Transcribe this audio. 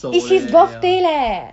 it's his birthday leh